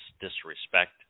disrespect